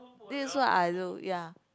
this is what I do ya